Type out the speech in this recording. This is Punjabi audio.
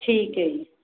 ਠੀਕ ਹੈ ਜੀ